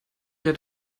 hat